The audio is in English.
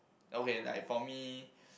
okay like for me